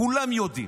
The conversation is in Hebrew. כולם יודעים,